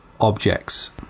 objects